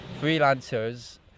freelancers